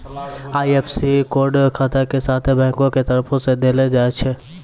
IFSC code खाता के साथे बैंको के तरफो से देलो जाय छै